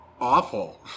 awful